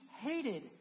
hated